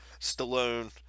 Stallone